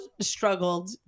struggled